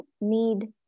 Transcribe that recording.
need